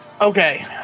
Okay